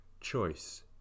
choice